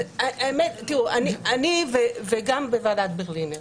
אני וגם בוועדת ברלינר,